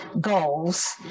goals